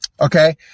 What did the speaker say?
Okay